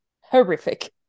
horrific